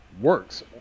works